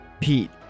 Pete